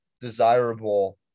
desirable –